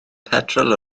petrol